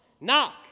knock